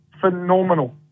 phenomenal